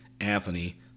Anthony